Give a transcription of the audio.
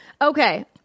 Okay